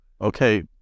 Okay